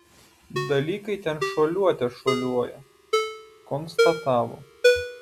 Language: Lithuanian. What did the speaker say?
dalykai ten šuoliuote šuoliuoja konstatavo